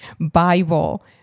Bible